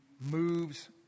moves